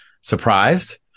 surprised